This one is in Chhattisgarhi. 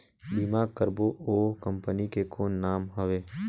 बीमा करबो ओ कंपनी के कौन नाम हवे?